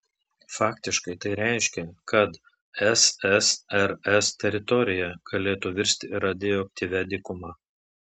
faktiškai tai reiškė kad ssrs teritorija galėtų virsti radioaktyvia dykuma